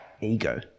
ego